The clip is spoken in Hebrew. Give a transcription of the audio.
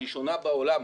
הראשונה בעולם,